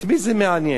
את מי זה מעניין?